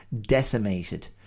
decimated